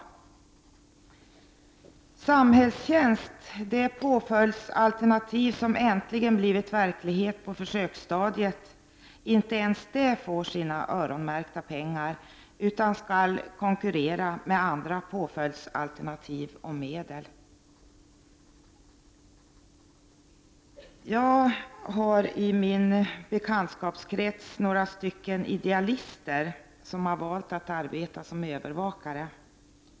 Inte ens samhällstjänst — det påföljdsalternativ som äntligen blivit verklighet på försöksstadiet — får sina öronmärkta pengar utan skall konkurrera om medel med andra påföljdsalternativ. Jag har i min bekantskapskrets några stycken idealister som har valt att arbeta som övervakare.